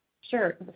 sure